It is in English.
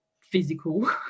physical